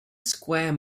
square